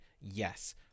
yes